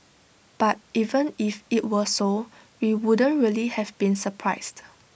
but even if IT were so we wouldn't really have been surprised